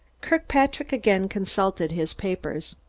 kirkpatrick again consulted his papers.